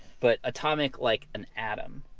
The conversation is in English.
but atomic like an atom,